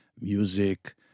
music